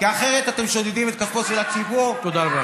כי אחרת אתם שודדים את כספו של הציבור, תודה רבה.